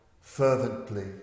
fervently